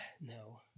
No